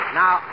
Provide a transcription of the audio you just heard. now